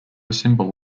symbol